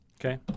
Okay